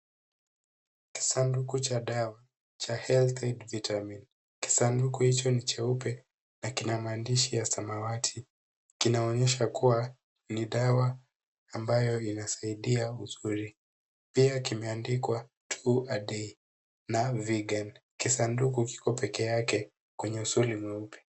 Kisanduku cha dawa cha health aid vitamin . Kisanduku hicho ni cheupe na kina maandishi ya samawati. Kinaonyesha kuwa ni dawa ambayo inasaidia vizuri. Pia kimeandikwa 2 a day na vegan . Kisanduku kiko peke yake kwenye usuli mweupe.